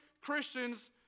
Christians